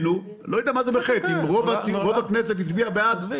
לא יודע למה הוא נולד בחטא אם רוב בכנסת הצביע בעדו.